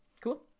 Cool